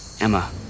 Emma